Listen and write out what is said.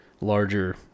larger